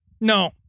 no